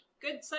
Good